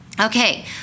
Okay